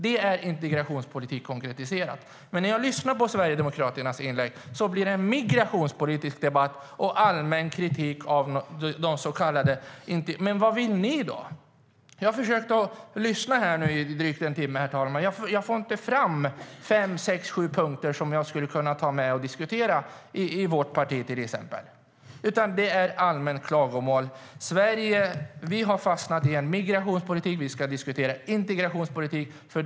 Det är integrationspolitik konkretiserat. Sverige har fastnat i en migrationspolitik, men vi ska diskutera integrationspolitik.